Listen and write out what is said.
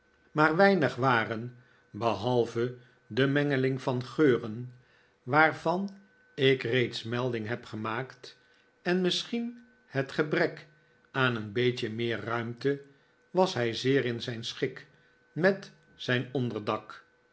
maar weinig waren behalve de mengeling van geuren waarvan ik reeds melding heb gemaakt en misschien het gebrek aan een beetje meer ruimte was hij zeer in zijn schik met zijn onderdak